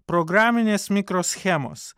programinės mikroschemos